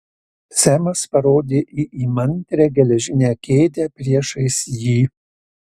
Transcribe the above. semas parodė į įmantrią geležinę kėdę priešais jį